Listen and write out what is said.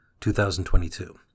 2022